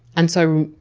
and so,